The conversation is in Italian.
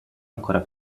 ancora